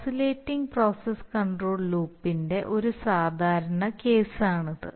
oscillating process control ലൂപ്പിന്റെ ഒരു സാധാരണ കേസാണിത്